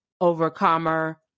overcomer